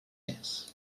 més